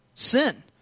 sin